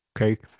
Okay